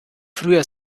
früher